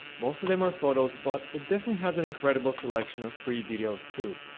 most of them are photos, but it definitely has an incredible selection of free videos too.